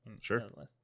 Sure